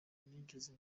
nigeze